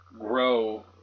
grow